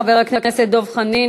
חבר הכנסת דב חנין,